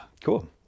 Cool